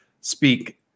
speak